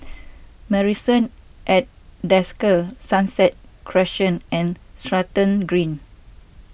Marrison at Desker Sunset Crescent and Stratton Green